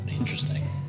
interesting